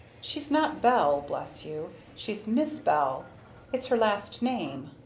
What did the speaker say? she's not belle, bless you she's miss bell it's her last name.